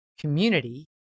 community